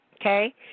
Okay